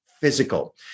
physical